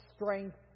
strength